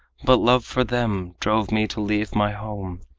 but love for them drove me to leave my home.